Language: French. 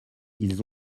ils